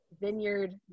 Vineyard